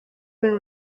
been